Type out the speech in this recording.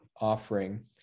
offering